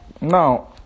Now